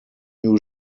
new